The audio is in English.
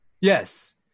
Yes